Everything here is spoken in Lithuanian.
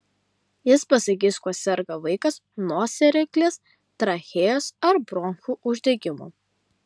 jis pasakys kuo serga vaikas nosiaryklės trachėjos ar bronchų uždegimu